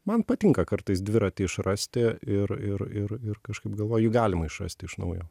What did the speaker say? man patinka kartais dviratį išrasti ir ir ir ir kažkaip galvoju jį galima išrasti iš naujo